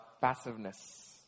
passiveness